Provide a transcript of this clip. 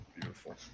Beautiful